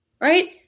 Right